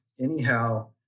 Anyhow